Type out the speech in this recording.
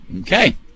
Okay